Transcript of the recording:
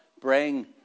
bring